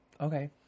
Okay